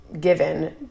given